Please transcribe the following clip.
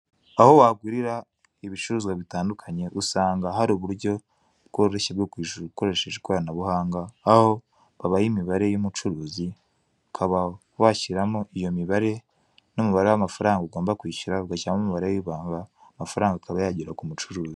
Aho wagurira ibicuruzwa bitandukanye usanga hari uburyo bworoshye bwo kwishyura ukoresheje ikoranabuhanga aho babaha imibare y'umucuruzi ukaba washyiramo iyo mibare n'umubare w'amafaranga ugomba kwishyura ugashyiramo umubare w'ibanga amafaranga akaba yagera ku mucuruzi.